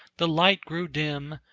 the light grew dim,